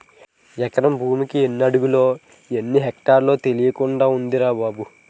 ఎకరం భూమికి ఎన్ని అడుగులో, ఎన్ని ఎక్టార్లో తెలియకుంటంది బాబూ